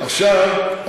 עכשיו,